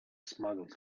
smuggled